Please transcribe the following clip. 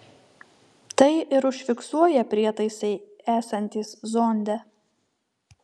tai ir užfiksuoja prietaisai esantys zonde